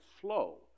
slow